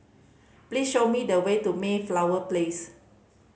please show me the way to Mayflower Place